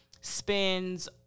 spends